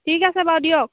ঠিক আছে বাৰু দিয়ক